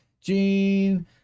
gene